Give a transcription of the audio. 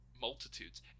Multitudes